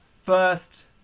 first